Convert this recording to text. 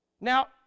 Now